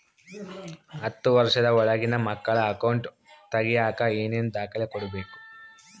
ಹತ್ತುವಷ೯ದ ಒಳಗಿನ ಮಕ್ಕಳ ಅಕೌಂಟ್ ತಗಿಯಾಕ ಏನೇನು ದಾಖಲೆ ಕೊಡಬೇಕು?